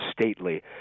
stately